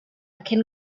cyn